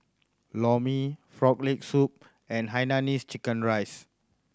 Lor Mee Frog Leg Soup and hainanese chicken rice